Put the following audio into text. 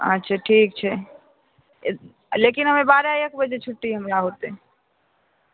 अच्छा ठीक छै लेकिन हमे बारह एक बजे छुट्टी हमरा होतै